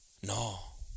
No